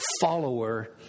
follower